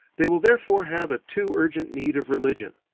they will therefore have a too urgent need of religion.